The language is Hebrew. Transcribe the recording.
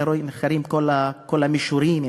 נחקרים כל המישורים,